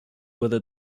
whether